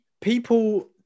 people